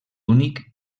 únic